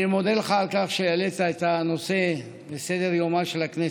אני מודה לך על כך שהעלית את הנושא לסדר-יומה של הכנסת.